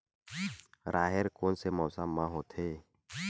राहेर कोन से मौसम म होथे?